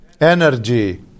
energy